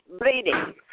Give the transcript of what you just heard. bleeding